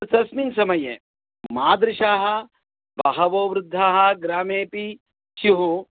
तस्मिन् समये मादृशाः बहवो वृद्धाः ग्रामेऽपि स्युः